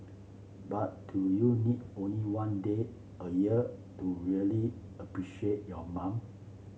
but do you need only one day a year to really appreciate your mom